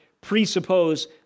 presuppose